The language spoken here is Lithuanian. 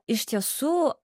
iš tiesų